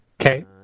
Okay